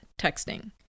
texting